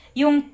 yung